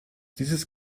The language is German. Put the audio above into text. dieses